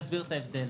אסביר את ההבדל.